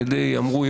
אמרו,